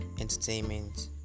entertainment